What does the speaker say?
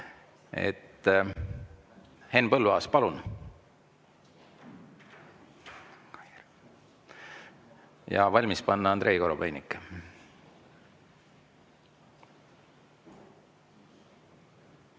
Henn Põlluaas, palun! Ja valmis panna Andrei Korobeinik.